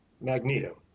Magneto